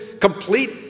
complete